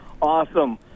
Awesome